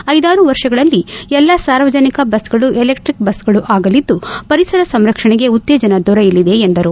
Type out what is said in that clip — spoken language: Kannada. ಐದಾರು ವರ್ಷಗಳಲ್ಲಿ ಎಲ್ಲ ಸಾರ್ವಜನಿಕ ಬಸ್ ಗಳು ಎಲೆಕ್ಟಿಕ್ ಬಸ್ಗಳು ಆಗಲಿದ್ದು ಪರಿಸರ ಸಂರಕ್ಷಣೆಗೆ ಉತ್ತೇಜನ ದೊರೆಯಲಿದೆ ಎಂದರು